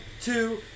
two